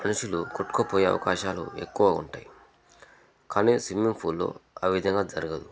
మనుషులు కొట్టుకుపోయే అవకాశాలు ఎక్కువ ఉంటాయి కానీ స్విమ్మింగ్ ఫూల్లో ఆ విధంగా జరగదు